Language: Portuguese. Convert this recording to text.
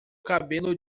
cabelo